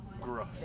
Gross